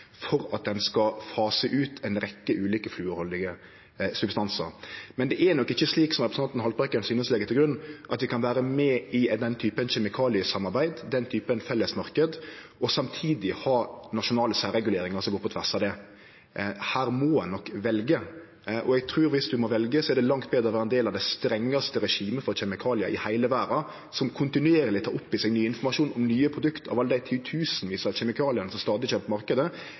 for at ein skal fase ut ei rekkje ulike fluorhaldige substansar. Men det er nok ikkje slik som representanten Haltbrekken synest å leggje til grunn, at vi kan vere med i den typen kjemikaliesamarbeid, den typen fellesmarknad, og samtidig ha nasjonale særreguleringar som går på tvers av det. Her må ein nok velje. Og eg trur at dersom ein må velje, er det langt betre å vere ein del av det strengaste regimet for kjemikaliar i heile verda, som kontinuerleg tek opp i seg ny informasjon om nye produkt av alle dei titusenvis av kjemikaliane som stadig kjem